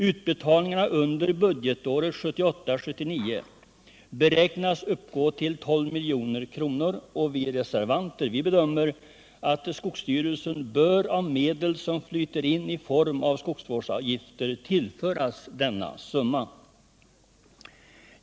Utbetalningarna under budgetåret 1978/79 beräknas uppgå till 12 milj.kr., och vi reservanter bedömer att skogsstyrelsen av medel som flyter in i form av skogsvårdsavgifter bör tillföras denna summa.